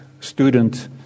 student